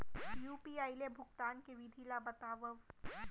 UPI ले भुगतान के विधि ला बतावव